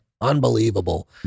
unbelievable